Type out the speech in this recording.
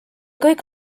kõik